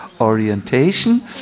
orientation